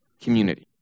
community